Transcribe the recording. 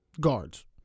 guards